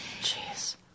Jeez